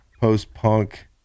post-punk